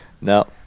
No